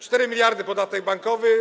4 mld - podatek bankowy.